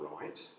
right